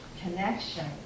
connection